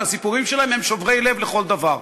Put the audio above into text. והסיפורים שלהם הם שוברי לב לכל דבר,